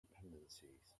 dependencies